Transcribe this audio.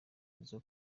izo